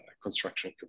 construction